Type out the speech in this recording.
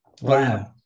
wow